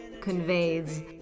conveys